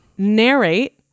narrate